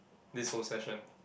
this whole session